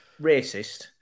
racist